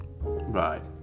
Right